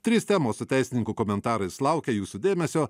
trys temos su teisininkų komentarais laukia jūsų dėmesio